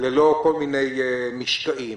ללא כל מיני משקעים.